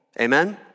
Amen